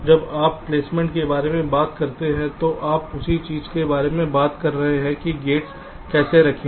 जब आप प्लेसमेंट के बारे में बात करते हैं तो आप उसी चीज के बारे में बात कर रहे हैं कि गेट्स कैसे रखें